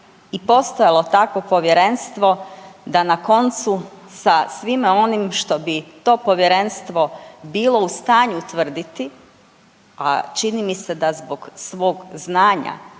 i postojalo takvo povjerenstvo da na koncu sa svima onim što bi to povjerenstvo bilo u stanju utvrditi. A čini mi se da zbog svog znanja